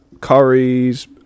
curries